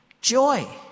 joy